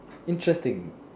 interesting